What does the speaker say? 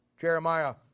Jeremiah